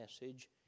message